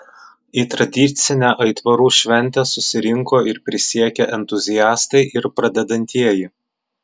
į tradicinę aitvarų šventę susirinko ir prisiekę entuziastai ir pradedantieji